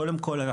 קודם כל,